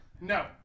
No